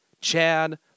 Chad